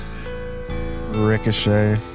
Ricochet